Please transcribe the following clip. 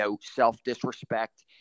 self-disrespect